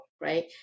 right